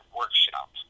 workshop